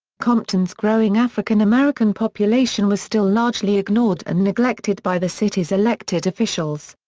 compton's growing african american population was still largely ignored and neglected by the city's elected officials.